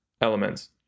elements